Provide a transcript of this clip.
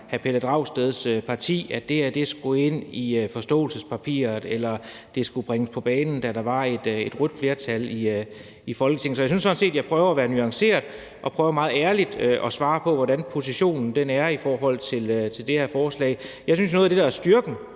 hr. Pelle Dragsteds parti, Enhedslisten, at det her skulle ind i forståelsespapiret, eller at det skulle bringes på banen, da der var et rødt flertal i Folketinget. Så jeg synes sådan set, at jeg prøver være nuanceret og meget ærligt prøver at svare på, hvordan positionen er i forhold til det her forslag. Jeg synes, at noget af det, der er styrken